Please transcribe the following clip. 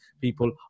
people